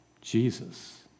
Jesus